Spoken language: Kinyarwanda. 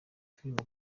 filime